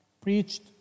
preached